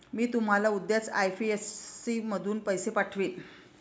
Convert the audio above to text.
मी तुम्हाला उद्याच आई.एफ.एस.सी मधून पैसे पाठवीन